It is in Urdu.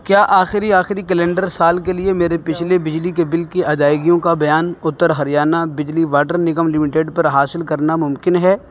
کیا آخری آخری کیلنڈر سال کے لیے میرے پچھلے بجلی کے بل کی ادائیگیوں کا بیان اتر ہریانہ بجلی واٹر نگم لمیٹڈ پر حاصل کرنا ممکن ہے